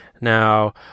Now